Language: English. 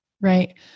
Right